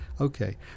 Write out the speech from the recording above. Okay